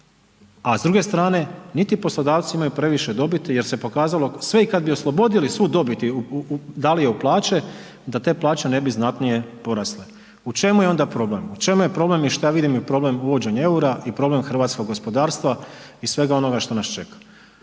a s druge strane niti poslodavci imaju previše dobiti jer se pokazao sve i kada bi oslobodili svu dobit, dali je u plaće da te plaće ne bi znatnije porasle. U čemu je onda problem? U čemu je problem i šta ja vidim je problem uvođenja eura i problem hrvatskog gospodarstva i svega onoga što nas čeka?